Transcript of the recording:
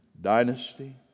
dynasty